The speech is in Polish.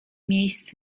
miejsc